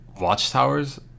watchtowers